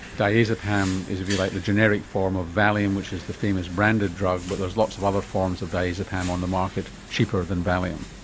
diazepam is, if you like, the generic form of valium, which is the famous branded drug, but there's lots of other forms of diazepam on the market cheaper than valium.